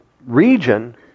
region